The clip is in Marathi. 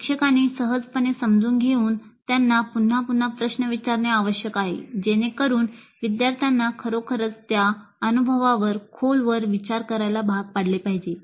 शिक्षकांनी सहजपणे समजून घेऊन त्यांना पुन्हा पुन्हा प्रश्न विचाराणे आवश्यक आहे जेणेकरून विद्यार्थ्यांना खरोखरच त्या अनुभवावर खोलवर विचार करायला भाग पाडले पाहिजे